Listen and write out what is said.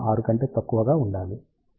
06 కంటే తక్కువగా ఉండాలి